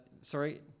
sorry